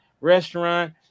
restaurant